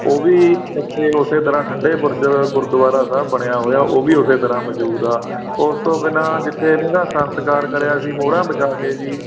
ਉਹ ਵੀ ਇੱਥੇ ਉਸੇ ਤਰ੍ਹਾਂ ਠੰਡੇ ਬੁਰਜ ਗੁਰਦੁਆਰਾ ਸਾਹਿਬ ਬਣਿਆ ਹੋਇਆ ਉਹ ਵੀ ਉਸੇ ਤਰ੍ਹਾਂ ਮੌਜੂਦ ਆ ਉਸ ਤੋਂ ਬਿਨਾਂ ਜਿੱਥੇ ਇਹਨਾਂ ਦਾ ਸੰਸਕਾਰ ਕਰਿਆ ਸੀ ਮੋਹਰਾਂ ਵਿਛਾ ਕੇ ਜੀ